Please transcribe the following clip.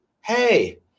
hey